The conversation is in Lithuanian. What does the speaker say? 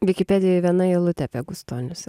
vikipedijoj viena eilutė apie gustonius